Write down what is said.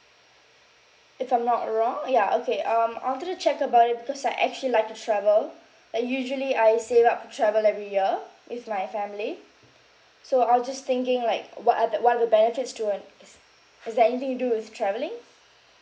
if I'm not wrong ya okay um I wanted to check about it because I actually like to travel like usually I save up for travel every year with my family so I was just thinking like what are the what are the benefits to an is there anything to do with travelling